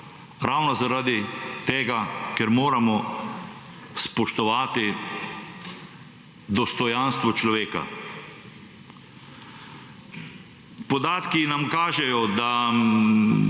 ravno zaradi tega, ker moramo spoštovati dostojanstvo človeka. Podatki nam kažejo, da